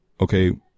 okay